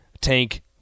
Tank